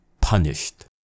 punished